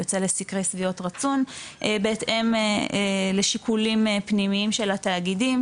יוצא לסקרי שביעות רצון בהתאם לשיקולים פנימיים של התאגידים,